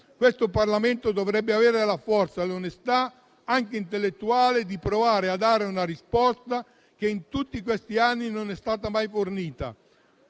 Questo Parlamento dovrebbe avere la forza e l'onestà, anche intellettuale, di provare a dare una risposta che, in tutti questi anni, non è stata mai fornita.